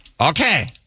Okay